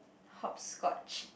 hopscotch